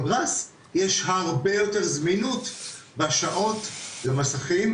גראס יש הרבה יותר זמינות בשעות למסכים,